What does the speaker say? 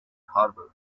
harbour